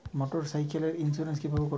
মোটরসাইকেলের ইন্সুরেন্স কিভাবে করব?